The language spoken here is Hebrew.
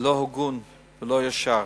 לא הגון ולא ישר.